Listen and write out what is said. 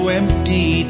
empty